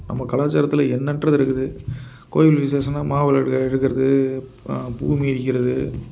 நம்ம கலாச்சாரத்தில் எண்ணற்றது இருக்குது கோயில் விசேஷன்னா மா விளக்கு எடுக்கிறது ப பூ மிதிக்கிறது